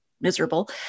miserable